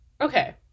Okay